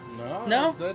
No